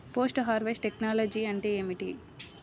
Post harvest technology అంటే ఏమిటి?